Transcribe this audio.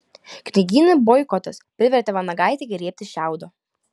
knygynų boikotas privertė vanagaitę griebtis šiaudo